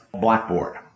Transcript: blackboard